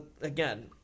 again